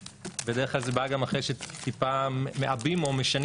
בדרך כלל זה בא גם אחרי שטיפה מעבים או משנים